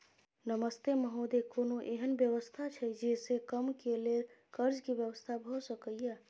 नमस्ते महोदय, कोनो एहन व्यवस्था छै जे से कम के लेल कर्ज के व्यवस्था भ सके ये?